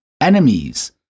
enemies